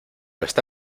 esta